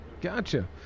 Gotcha